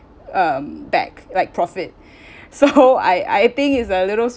um back like profit so I I think it's a little